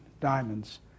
diamonds